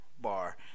bar